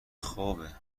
خوابه